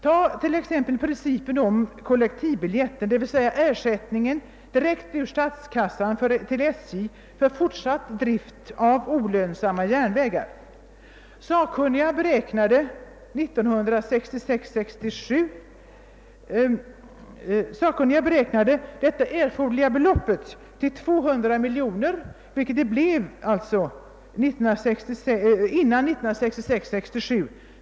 Tag t.ex. principen om »kollektivbiljetten» d. v. s. ersättningen direkt ur statskassan till SJ för fortsatt drift av olönsamma järnvägar. Sakkunniga beräknade det erforderliga beloppet till 200 miljoner kronor, vilket också anvisades av 1963 års riksdag.